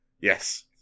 Yes